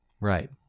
Right